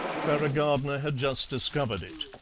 where a gardener had just discovered it.